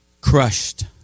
Crushed